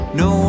no